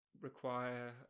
require